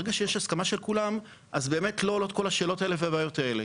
ברגע שיש הסכמה של כולם באמת לא עולות כל השאלות האלה והבעיות האלה,